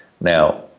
Now